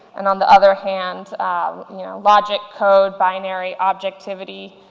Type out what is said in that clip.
and on the other hand you know logic, code, binary, objectivity.